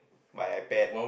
buy iPad